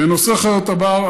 בנושא חיות הבר,